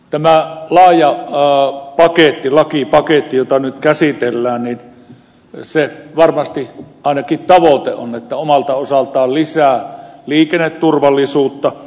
tämä laaja lakipaketti jota nyt käsitellään varmasti ainakin tavoite on se omalta osaltaan lisää liikenneturvallisuutta